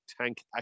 tank